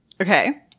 Okay